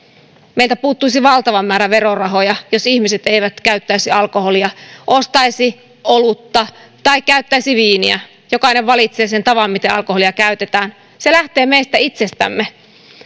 meiltä puuttuisi valtava määrä verorahoja jos ihmiset eivät käyttäisi alkoholia ostaisi olutta tai käyttäisi viiniä jokainen valitsee sen tavan miten alkoholia käytetään se lähtee meistä itsestämme